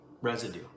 residue